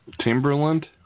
Timberland